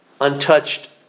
Untouched